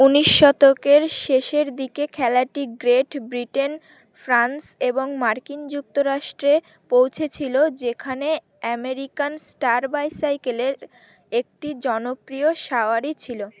উনিশ শতকের শেষের দিকে খেলাটি গ্রেট ব্রিটেন ফ্রান্স এবং মার্কিন যুক্তরাষ্ট্রে পৌঁছেছিলো যেখানে অ্যামেরিকান স্টার বাইসাইকেলের একটি জনপ্রিয় সওয়ারি ছিলো